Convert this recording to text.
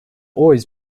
always